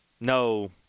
No